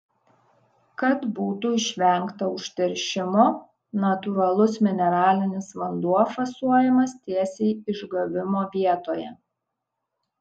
kad būtų išvengta užteršimo natūralus mineralinis vanduo fasuojamas tiesiai išgavimo vietoje